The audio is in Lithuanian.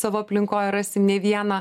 savo aplinkoj rasi ne vieną